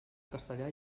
castellà